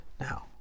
Now